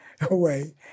away